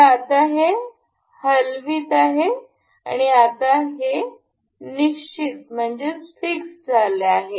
तर आता हे हलवित आहे आणि हे निश्चित झाले आहे